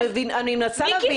אני מנסה להבין.